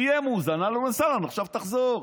יהיה מאוזן, אהלן וסהלן, עכשיו תחזור.